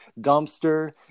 dumpster